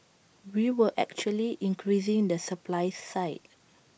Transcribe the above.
we were actually increasing the supply side